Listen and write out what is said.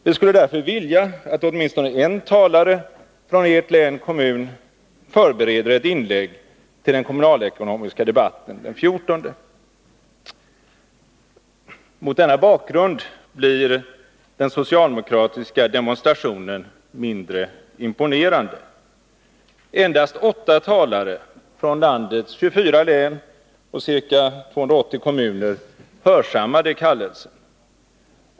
Vi skulle därför vilja att åtminstone en talare från Ert län/kommun förbereder ett inlägg till den kommunalekonomiska debatten den 14:e.” Mot denna bakgrund blir den socialdemokratiska demonstrationen mindre imponerande. Endast 8 talare från landets 24 län och ca 280 kommuner hörsammade kallelsen.